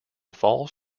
falls